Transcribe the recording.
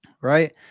right